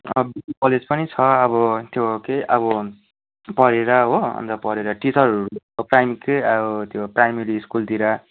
अब BT college पनि छ अब त्यो के अब पढेर हो अन्त पढेर टिचरहरू हुनु प्राइमेरी स्कुलतिर